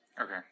Okay